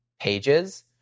pages